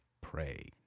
pray